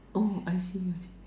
oh I see I see